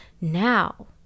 Now